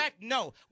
no